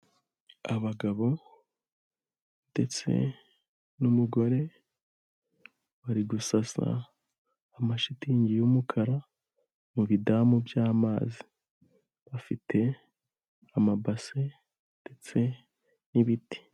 Abagabo ndetse n'umugore bari gusasa amashitingi y'umukara mu bidamu by'amazi, bafite amabase ndetse n'ibiti.